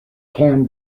can